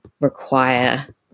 require